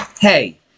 Hey